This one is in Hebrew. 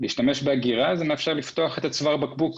להשתמש באגירה, זה מאפשר לפתוח את צוואר הבקבוק,